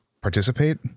participate